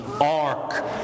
ark